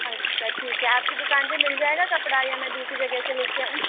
अच्छा ठीक है आपकी दुकान पे मिल जाएगा कपड़ा ये मैं दूसरी जगह से ले के आऊं